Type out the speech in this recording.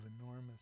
enormous